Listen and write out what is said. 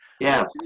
Yes